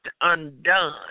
undone